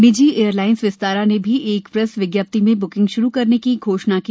निजी एयरलाइंस विस्तारा ने भी एक प्रेस विज्ञप्ति में ब्किंग श्रू करने की घोषणा की